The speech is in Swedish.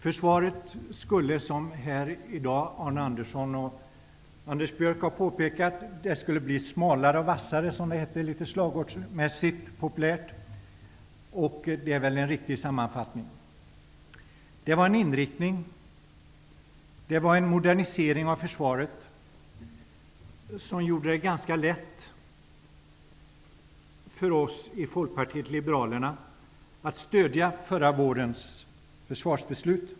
Försvaret skulle, som Arne Andersson och Anders Björck har påpekat här i dag, bli smalare och vassare, som det litet populärt heter. Det är väl en riktig sammanfattning. Det var en inriktning och modernisering av försvaret som gjorde det ganska lätt för oss i Folkpartiet liberalerna att stödja förra vårens försvarsbeslut.